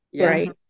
right